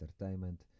entertainment